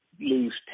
lose